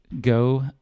go